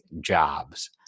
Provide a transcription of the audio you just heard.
jobs